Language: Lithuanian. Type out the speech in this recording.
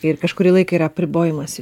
ir kažkurį laiką yra apribojimas